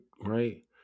right